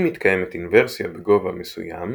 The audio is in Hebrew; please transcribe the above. אם מתקיימת אינוורסיה בגובה מסוים,